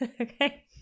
Okay